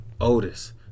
Otis